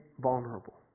vulnerable